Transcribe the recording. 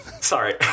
Sorry